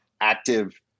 active